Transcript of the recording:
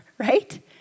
Right